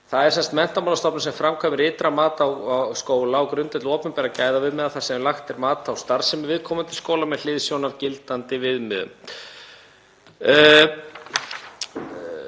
Það er sem sagt Menntamálastofnun sem framkvæmir ytra mat á skóla á grundvelli opinberra gæðaviðmiða þar sem lagt er mat á starfsemi viðkomandi skóla með hliðsjón af gildandi viðmiðum